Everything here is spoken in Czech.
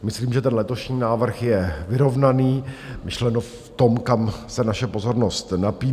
Myslím, že letošní návrh je vyrovnaný, myšleno v tom, kam se naše pozornost napíná.